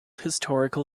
historical